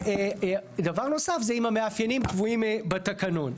ודבר נוסף זה אם המאפיינים קבועים בתקנון.